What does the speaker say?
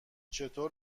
چطور